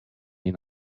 mean